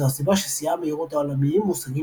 זו הסיבה ששיאי המהירות העולמיים מושגים